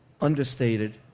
understated